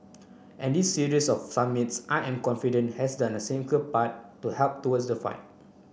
and this series of summits I am confident has done a significant part to help towards the fight